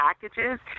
packages